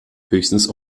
höchstens